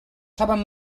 saben